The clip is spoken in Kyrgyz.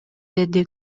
деди